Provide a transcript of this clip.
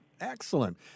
Excellent